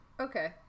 Okay